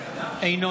די.